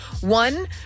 One